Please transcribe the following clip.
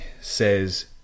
says